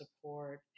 support